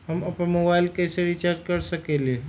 हम अपन मोबाइल कैसे रिचार्ज कर सकेली?